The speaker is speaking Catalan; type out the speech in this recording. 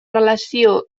relació